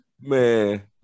Man